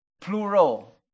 plural